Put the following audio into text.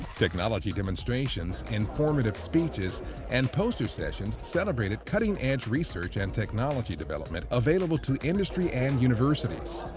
technology demonstrations, informative speeches and poster sessions celebrated cutting-edge research and technology development available to industry and universities.